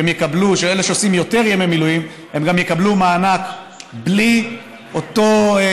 ואלה שעושים יותר ימי מילואים יקבלו מענק בלי אותה